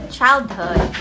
childhood